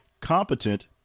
competent